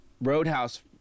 Roadhouse